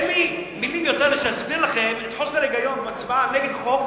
אין לי מלים יותר בשביל להסביר לכם את חוסר ההיגיון בהצבעה נגד חוק,